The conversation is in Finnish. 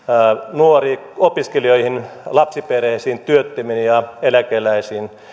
nuoriin opiskelijoihin lapsiperheisiin työttömiin ja eläkeläisiin